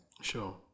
sure